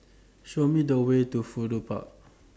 Show Me The Way to Fudu Park